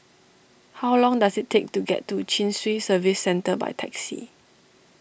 how long does it take to get to Chin Swee Service Centre by taxi